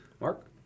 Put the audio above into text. Mark